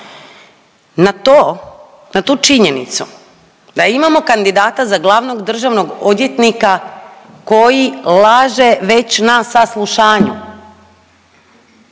Na to, na tu činjenicu da imamo kandidata za glavnog državnog odvjetnika koji laže već na saslušanju